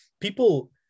people